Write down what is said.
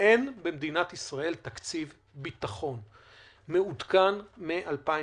אין במדינת ישראל תקציב ביטחון מעודכן מ-2018.